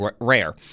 rare